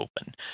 open